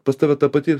pas tave ta pati